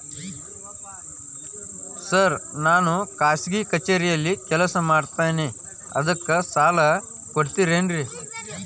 Sir ನಾನು ಖಾಸಗಿ ಕಚೇರಿಯಲ್ಲಿ ಕೆಲಸ ಮಾಡುತ್ತೇನೆ ಅದಕ್ಕೆ ಸಾಲ ಕೊಡ್ತೇರೇನ್ರಿ?